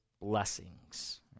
blessings